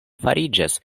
fariĝas